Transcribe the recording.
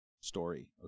story